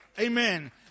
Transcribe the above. Amen